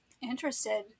interested